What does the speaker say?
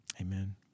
Amen